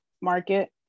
market